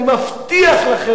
אני מבטיח לכם.